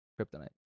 Kryptonite